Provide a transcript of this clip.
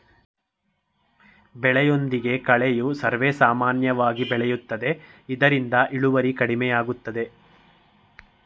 ಬೆಳೆಯೊಂದಿಗೆ ಕಳೆಯು ಸರ್ವೇಸಾಮಾನ್ಯವಾಗಿ ಬೆಳೆಯುತ್ತದೆ ಇದರಿಂದ ಇಳುವರಿ ಕಡಿಮೆಯಾಗುತ್ತದೆ